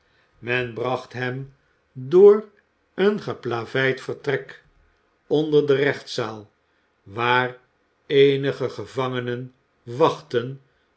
men bracht hem door een geplaveid vertrek onder de rechtzaal waar eenige gevangenen wachtten